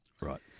Right